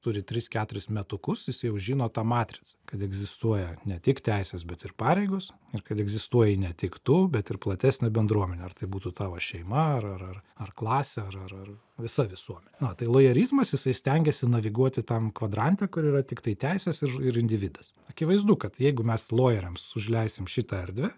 turi tris keturis metukus jisai jau žino tą matricą kad egzistuoja ne tik teisės bet ir pareigos ir kad egzistuoji ne tik tu bet ir platesnė bendruomenė ar tai būtų tavo šeima ar ar ar ar klasė ar ar ar visa visuo na tai lojerizmas jisai stengiasi naviguoti tam kvadrante kur yra tiktai teisės ir ir individas akivaizdu kad jeigu mes lojerams užleisim šitą erdvę